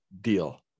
deal